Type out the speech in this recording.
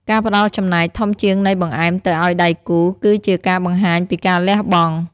ការផ្ដល់ចំណែកធំជាងនៃបង្អែមទៅឱ្យដៃគូ គឺជាការបង្ហាញពីការលះបង់។